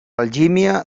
algímia